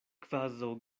kvazaŭ